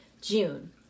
June